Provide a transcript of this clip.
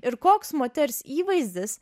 ir koks moters įvaizdis